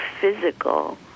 physical